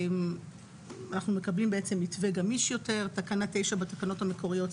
אנחנו מקבלים מתווה גמיש יותר - תקנה 9 בתקנות המקוריות,